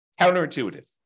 Counterintuitive